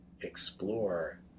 explore